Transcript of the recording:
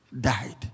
died